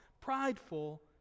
prideful